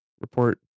report